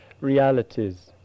realities